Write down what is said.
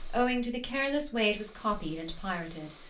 owing to the careless way it was copied and pirated.